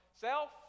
Self